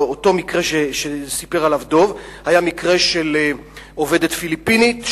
אותו מקרה שסיפר עליו דב היה מקרה של עובדת פיליפינית,